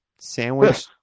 sandwich